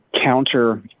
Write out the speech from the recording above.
counter